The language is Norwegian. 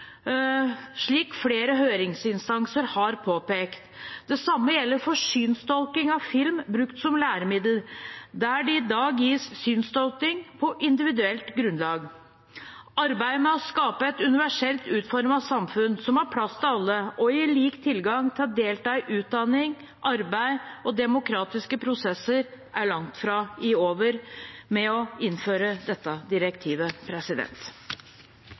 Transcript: slik flere høringsinstanser har påpekt. Det samme gjelder for synstolking av film brukt som læremiddel, der det i dag gis synstolking på individuelt grunnlag. Arbeidet med å skape et universelt utformet samfunn, som har plass til alle og gir lik tilgang til å delta i utdanning, arbeid og demokratiske prosesser, er langt fra over med innføring av dette direktivet.